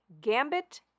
Gambit